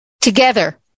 Together